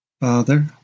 Father